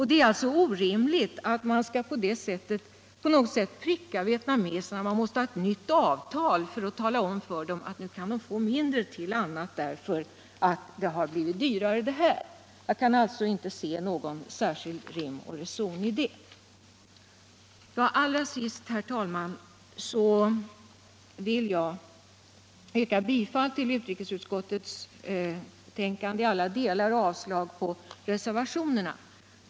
Det är därför orimligt att pricka vietnameserna genom att säga att vi måste ha ett nytt avtal för att därmed tala om för dem att det nu finns mindre utrymme för andra insatser därför att det stora projektet har blivit dyrare. Jag ser ingen rim och reson i ett sådant förslag. Allra sist, herr talman, vill jag yrka bifall till utrikesutskottets betänkande i alla delar och avslag på reservationerna.